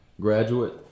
graduate